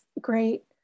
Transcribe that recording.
great